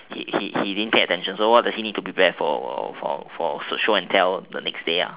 he he he didn't pay attention so what did he need to prepare for show and tell the next day